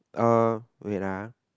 uh wait ah